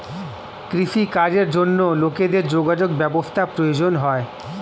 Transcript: কৃষি কাজের জন্য লোকেদের যোগাযোগ ব্যবস্থার প্রয়োজন হয়